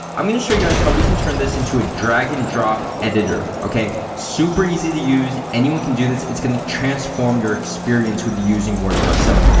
i'm gonna show you guys how we can turn this into a drag and drop editor, okay? super easy to use. anyone can do this. it's gonna transform your experience with using wordpress. so,